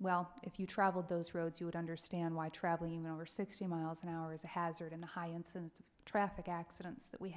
well if you traveled those roads you would understand why traveling over sixty miles an hour is a hazard in the high incidence of traffic accidents